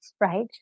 right